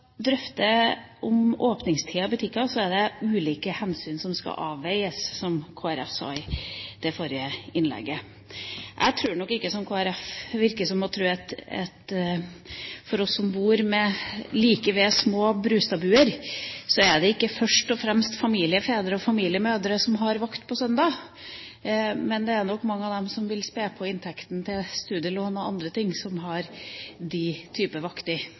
drøfte åpningstider i butikkene, er det ulike hensyn som skal avveies, som det ble sagt fra Kristelig Folkeparti i det forrige innlegget. Jeg tror nok ikke, som Kristelig Folkeparti, at – for oss som bor like ved små Brustad-buer – det først og fremst er familiefedre og familiemødre som har vakt på søndag. Det er nok mange som vil spe på inntekten til studielån og andre ting, som har den type